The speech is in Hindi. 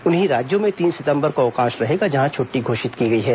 उन्हीं राज्यों में तीन सितम्बर को अवकाश रहेगा जहां छट्टी घोषित की गई है